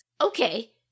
Okay